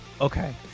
Okay